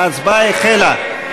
ההצבעה החלה.